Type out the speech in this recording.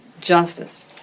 justice